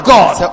God